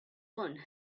one